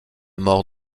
mort